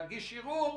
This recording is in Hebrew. יש לי כבר את המידע.